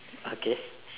okay